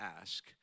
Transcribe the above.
ask